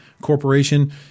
Corporation